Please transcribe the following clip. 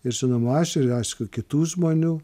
ir žinoma aš ir aišku kitų žmonių